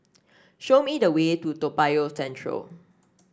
show me the way to Toa Payoh Central